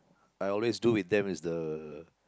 I always do with them is the